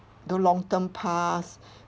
those long-term pass